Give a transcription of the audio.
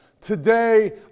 Today